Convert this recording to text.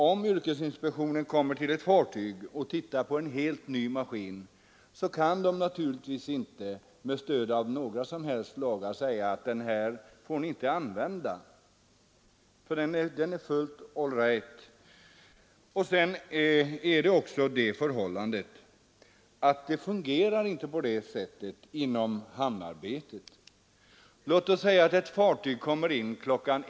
Om yrkesinspektionen kommer till ett fartyg och tittar på en helt ny maskin kan den naturligtvis inte med stöd av några som helst lagar säga: den här maskinen får ni inte använda. Den är nämligen fullt all right. Vidare fungerar det inte på det sättet inom hamnarbetet. Låt oss säga att ett fartyg kommer in kl.